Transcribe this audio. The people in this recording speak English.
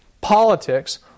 politics